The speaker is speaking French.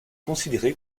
considéré